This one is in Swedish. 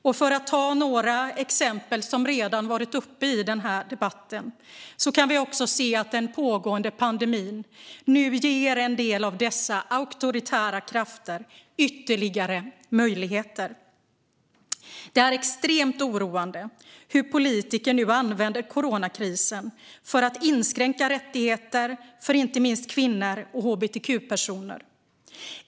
Tittar vi på några exempel som redan varit uppe i denna debatt kan vi se att den pågående pandemin ger en del av dessa auktoritära krafter ytterligare möjligheter. Det är extremt oroande att politiker använder coronakrisen för att inskränka rättigheter för inte minst kvinnor och hbtq-personer.